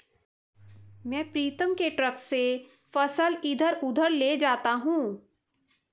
मैं प्रीतम के ट्रक से फसल इधर उधर ले जाता हूं